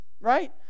Right